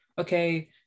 okay